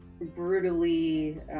brutally